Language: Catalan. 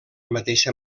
mateixa